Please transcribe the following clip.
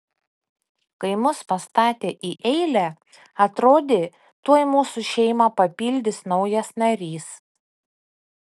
kai mus pastatė į eilę atrodė tuoj mūsų šeimą papildys naujas narys